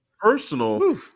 Personal